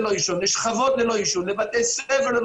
אנחנו מאפשרים את זה ואני אומר שעל פי אמנה שמדינת ישראל חתומה עליה,